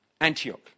Antioch